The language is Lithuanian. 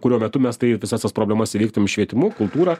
kurio metu mes tai visas tas problemas įveiktumėm švietimu kultūra